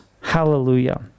Hallelujah